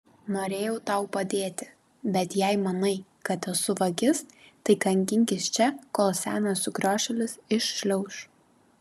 norėjau tau padėti bet jei manai kad esu vagis tai kankinkis čia kol senas sukriošėlis iššliauš